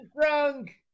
drunk